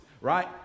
right